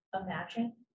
imagine